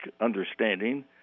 understanding